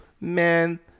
Man